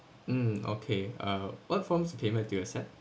mm okay uh what forms of payment do you accept